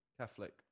Catholic